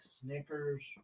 Snickers